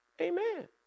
Amen